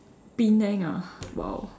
Penang ah !wow!